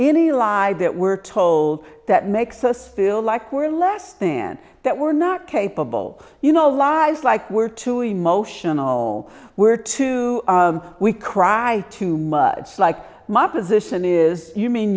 any lie that we're told that makes us feel like we're less than that we're not capable you know lies like we're too emotional we're too we cry too much like my position is you mean